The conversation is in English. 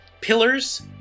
pillars